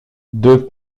deux